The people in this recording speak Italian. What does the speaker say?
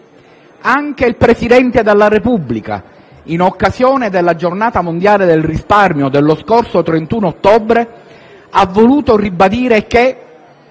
Anche il Presidente della Repubblica, in occasione della Giornata mondiale del risparmio dello scorso 31 ottobre, ha voluto ribadire che